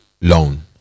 Loan